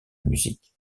musique